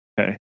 Okay